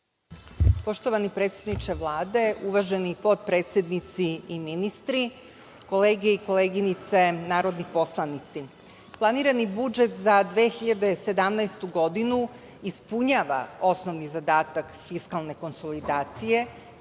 Poštovani predsedniče Vlade, uvaženi potpredsednici i ministri, kolege i koleginice narodni poslanici, planirani budžet za 2017. godinu ispunjava osnovni zadatak fiskalne konsolidacije